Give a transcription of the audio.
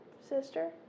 sister